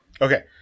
Okay